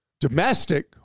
domestic